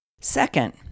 Second